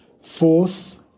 Fourth